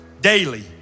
daily